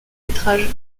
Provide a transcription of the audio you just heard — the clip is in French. métrages